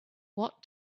what